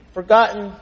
forgotten